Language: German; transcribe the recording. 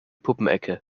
puppenecke